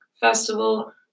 festival